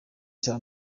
cya